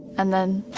and then